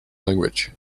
language